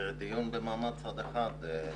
זה דיון במעמד צד אחד.